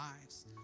lives